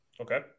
Okay